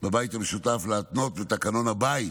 בבית המשותף להתנות בתקנון הבית